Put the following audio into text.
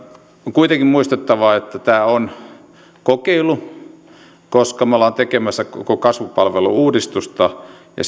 kuitenkin muistettava että tämä on kokeilu koska me olemme tekemässä koko kasvupalvelu uudistusta ja